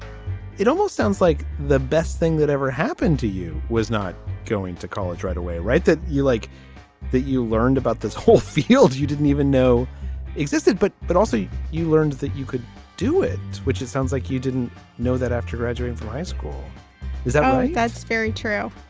it almost sounds like the best thing that ever happened to you was not going to college right away, right. that you like that you learned about this whole field. you didn't even know existed. but but i'll see you learned that you could do it. which it sounds like you didn't know that after graduating from high school is that. that's very true.